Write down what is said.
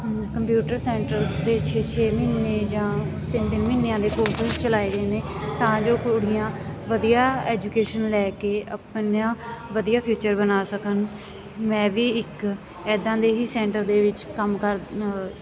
computer centres ਦੇ ਛੇ ਛੇ ਮਹੀਨੇ ਜਾਂ ਤਿੰਨ ਤਿੰਨ ਮਹੀਨਿਆਂ ਦੇ ਕੋਰਸਿਸ ਚਲਾਏ ਗਏ ਨੇ ਤਾਂ ਜੋ ਕੁੜੀਆਂ ਵਧੀਆ ਐਜੂਕੇਸ਼ਨ ਲੈ ਕੇ ਆਪਣਾ ਵਧੀਆ ਫਿਊਚਰ ਬਣਾ ਸਕਣ ਮੈਂ ਵੀ ਇੱਕ ਇੱਦਾਂ ਦੇ ਹੀ ਸੈਂਟਰ ਦੇ ਵਿੱਚ ਕੰਮ ਕਰ